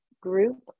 group